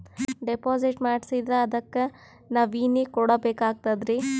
Deposit ಮಾಡ್ಸಿದ್ರ ಅದಕ್ಕ nominee ಕೊಡಬೇಕಾಗ್ತದ್ರಿ?